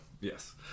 Yes